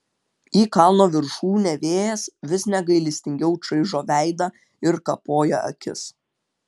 į kalno viršūnę vėjas vis negailestingiau čaižo veidą ir kapoja akis